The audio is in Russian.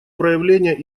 проявления